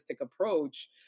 approach